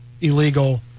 illegal